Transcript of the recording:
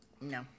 No